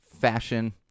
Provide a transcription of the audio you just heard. fashion